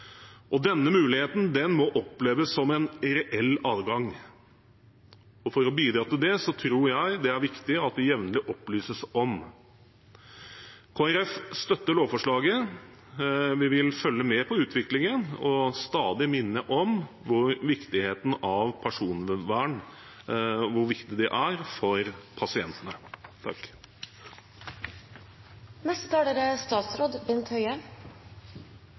og denne muligheten må oppleves som en reell adgang. For å bidra til det tror jeg det er viktig at det jevnlig opplyses om. Kristelig Folkeparti støtter lovforslaget. Vi vil følge med på utviklingen og stadig minne om viktigheten av personvern, hvor viktig det er for pasientene. Jeg er